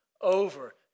over